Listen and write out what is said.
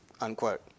unquote